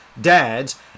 dads